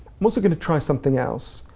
i'm also gonna try something else.